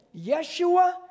Yeshua